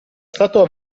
stato